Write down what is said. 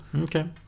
Okay